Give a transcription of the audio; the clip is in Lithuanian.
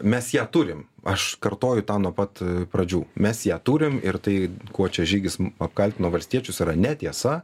mes ją turim aš kartoju tau nuo pat pradžių mes ją turim ir tai kuo čia žygis apkaltino valstiečius yra netiesa